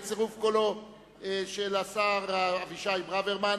בצירוף קולו של השר אבישי ברוורמן,